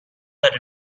that